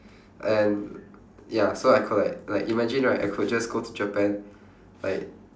and ya so I could like like imagine right I could just go to japan like